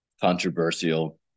controversial